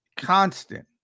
Constant